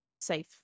safe